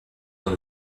dans